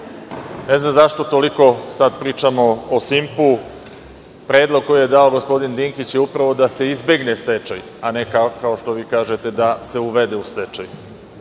Ne znam zašto toliko sada pričamo o „Simpu“. Predlog koji je dao gospodin Dinkić je upravo da se izbegne stečaj, a ne kao što vi kažete da se uvede u stečaj.